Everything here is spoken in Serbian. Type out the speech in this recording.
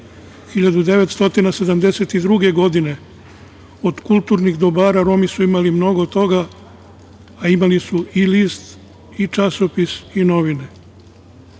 1972. od kulturnih dobara Romi su imali mnogo toga, a imali su i list i časopis i novine.